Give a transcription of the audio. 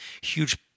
huge